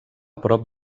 prop